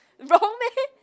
wrong meh